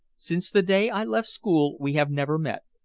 since the day i left school we have never met.